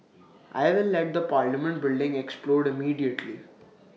I will let the parliament building explode immediately